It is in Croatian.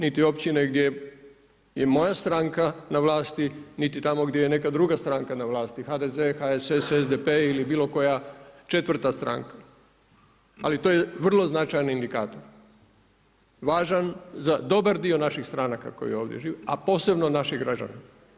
Niti općine gdje je i moja stranka na vlasti, niti tamo gdje je neka druga stranka na vlasti, HDZ, HSS, SDP ili bilo koja 4 stranka, ali to je vrlo značajan indikator, važan za dobar dio naših stranaka … a posebno na naše građane.